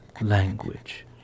language